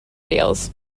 deals